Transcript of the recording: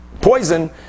poison